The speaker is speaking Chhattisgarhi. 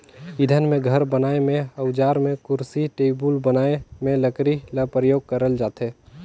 इंधन में, घर बनाए में, अउजार में, कुरसी टेबुल बनाए में लकरी ल परियोग करल जाथे